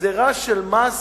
גזירה של מס,